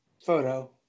photo